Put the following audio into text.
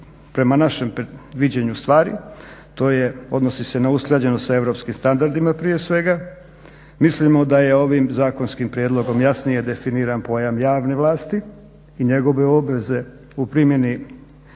prema našem viđenju stvari to je, odnosi se na usklađenost s europskim standardima prije svega. Mislimo da je ovim zakonskim prijedlogom jasnije definiran pojam javne vlasti i njegove obveze u primjeni